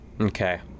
Okay